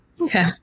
Okay